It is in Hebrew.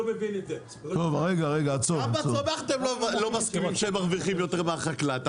רק בצומח אתם לא מסכימים שהם מרוויחים יותר מהחקלאי.